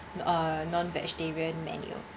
uh non vegetarian menu